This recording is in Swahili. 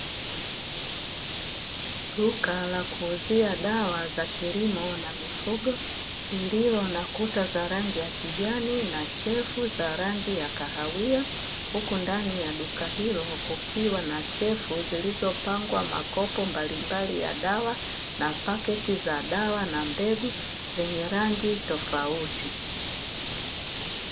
Duka la kuuzia dawa za kilimo na mifugo lililo na kuta za rangi ya kijani na shelfu za rangi ya kahawia, uku ndani ya duka ilo kukiwa na shelfu zilizopangwa makopo mbalimbali ya dawa na paketi za dawa na mbegu zenye rangi tofauti.